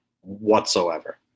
whatsoever